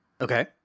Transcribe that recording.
okay